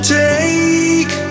take